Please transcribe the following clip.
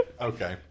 Okay